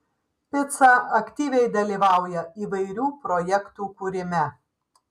pica aktyviai dalyvauja įvairių projektų kūrime